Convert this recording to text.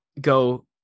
go